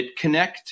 BitConnect